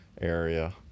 area